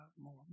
more